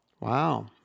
Wow